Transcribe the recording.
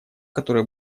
которое